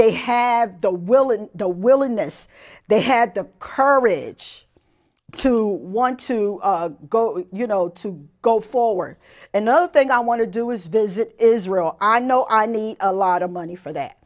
they have the will and the willingness they had the courage to want to go you know to go forward another thing i want to do is visit israel i know i need a lot of money for that